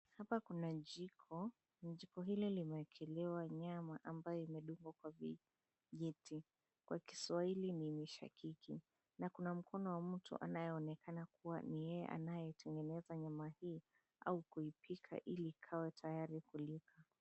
Hapa kuna jiko, jiko hii limeekelewa nyama ambayo imedungwa kwa vijiti kwa kiswahili ni mishakiki na kuna mkono wa mtu unaonekana kuwa ni yeye anayetengeneza nyama hii au kuipika iliikawe tayari kulika.